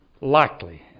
likely